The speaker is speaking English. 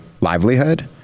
livelihood